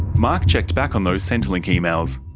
mark checked back on those centrelink emails.